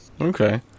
Okay